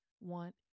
want